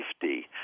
safety